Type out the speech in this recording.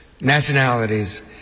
nationalities